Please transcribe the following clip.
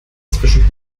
zwischen